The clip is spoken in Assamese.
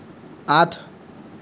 আঠ